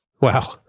Wow